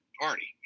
party